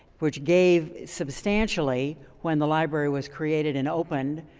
which gave substantially when the library was created and opened,